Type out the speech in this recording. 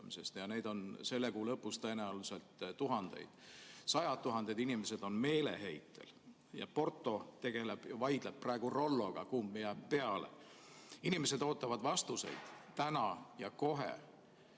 ja neid on selle kuu lõpus tõenäoliselt tuhandeid. Sajad tuhanded inimesed on meeleheitel ja Porto vaidleb Rolloga, kumb jääb peale. Inimesed ootavad vastuseid täna ja kohe.